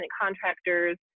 contractors